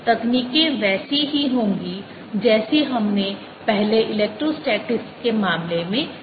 तकनीकें वैसी ही होंगी जैसी हमने पहले इलेक्ट्रोस्टैटिक्स के मामले में की थीं